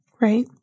right